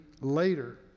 later